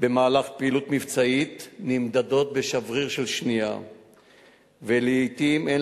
במהלך פעילות מבצעית נמדדות בשבריר של שנייה ולעתים אין